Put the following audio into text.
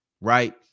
right